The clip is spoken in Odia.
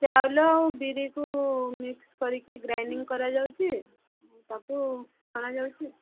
ଚାଉଳ ବିରି କୁ ମିକ୍ସ କରିକି ଗ୍ରାଇଣ୍ଡିଙ୍ଗ କରାଯାଉଛି ତାକୁ ଅଣା ଯାଉଛି